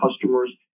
customers